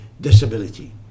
disability